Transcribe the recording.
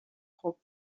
خوب